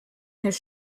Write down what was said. his